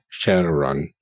Shadowrun